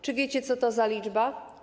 Czy wiecie, co to za liczba?